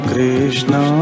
Krishna